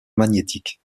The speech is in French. magnétique